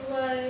why